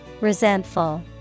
Resentful